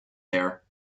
there